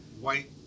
white